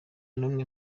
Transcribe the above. n’umwe